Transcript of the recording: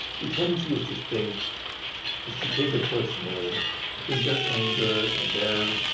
your tendency is to think is to take it personally to think their anger and their